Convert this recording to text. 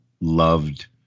loved